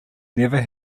never